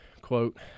Quote